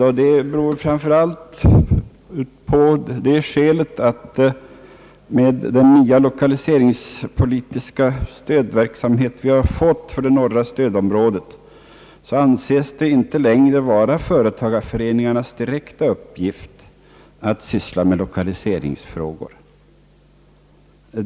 Det beror framför allt på att med den nya lokaliseringspolitiska stödverksamhet vi har fått för det norra stödområdet anses det inte längre vara företagareföreningarnas direkta uppgift att syssla med liokaliseringsfrågor.